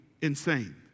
insane